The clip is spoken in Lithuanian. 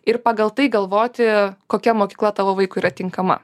ir pagal tai galvoti kokia mokykla tavo vaikui yra tinkama